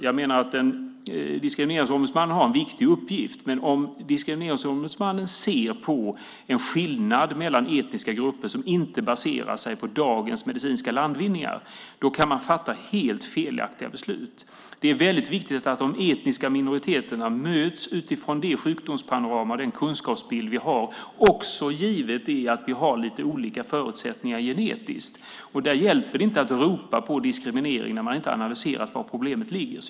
Jag menar att en diskrimineringsombudsman har en viktig uppgift, men om diskrimineringsombudsmannen ser på en skillnad mellan etniska grupper som inte baserar sig på dagens medicinska landvinningar kan man fatta helt fel beslut. Det är väldigt viktigt att de etniska minoriteterna möts utifrån det sjukdomspanorama och den kunskapsbild vi har, också givet att vi har lite olika förutsättningar genetiskt. Där hjälper det inte att ropa på diskriminering när man inte har analyserat var problemet ligger.